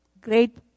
great